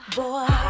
boy